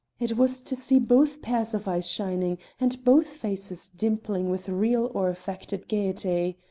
it was to see both pairs of eyes shining, and both faces dimpling with real or affected gaiety.